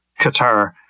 Qatar